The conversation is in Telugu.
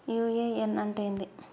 యు.ఎ.ఎన్ అంటే ఏంది?